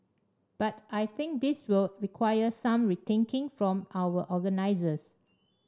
but I think this will require some rethinking from our organisers